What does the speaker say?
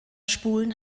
spulen